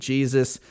Jesus